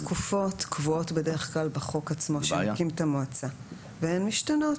התקופות קבועות בדרך כלל בחוק עצמו שמקים את המועצה והן משתנות.